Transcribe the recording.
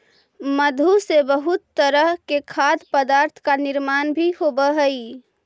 मधु से बहुत तरह के खाद्य पदार्थ का निर्माण भी होवअ हई